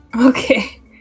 Okay